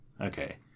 okay